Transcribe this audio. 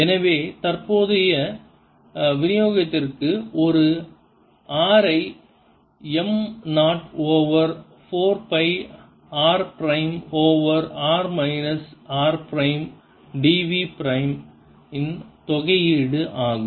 எனவே தற்போதைய விநியோகத்திற்கு ஒரு r ஐ m naught over 4 pi j r prime over r minus minus r prime d v prime இன் தொகையீடு ஆகும்